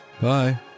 Bye